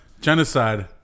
genocide